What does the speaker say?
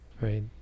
Right